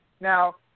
Now